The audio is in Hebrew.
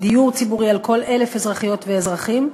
דיור ציבורי על כל 1,000 אזרחיות ואזרחים,